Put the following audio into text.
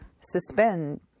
suspend